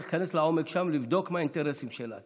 צריך להיכנס לעומק שם, לבדוק מה האינטרסים שלה.